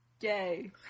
Yay